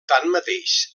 tanmateix